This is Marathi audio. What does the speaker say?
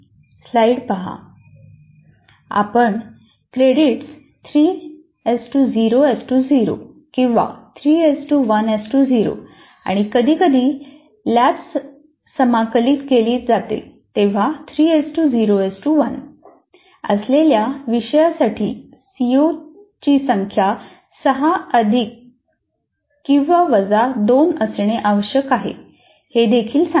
आपण क्रेडिट्स 3 0 0 किंवा 3 1 0 आणि कधीकधी लॅब समाकलित केली जाते तेव्हा 3 0 1 असलेल्या विषयासाठी सीओची संख्या 6 अधिक किंवा वजा 2 असणे आवश्यक आहे हे देखील सांगितले